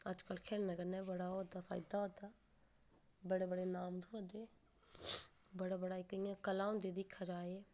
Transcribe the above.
अज्जकल खे'ल्लने कन्नै बड़ा ओह् होआ दा फायदा होआ दा बडे़ बडे़ नाम थ्होआ दे बड़ा बड़ा इक इ'यां कला होंदी दिक्खा जाए